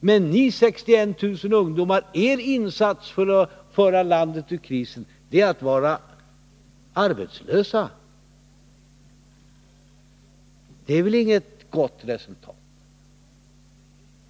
Men ni 61 000 ungdomar — er insats för att föra landet ur krisen är att vara arbetslösa! Detta är väl inget gott resultat?